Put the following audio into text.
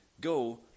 go